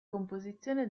composizione